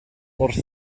wrth